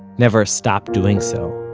never stop doing so